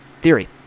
theory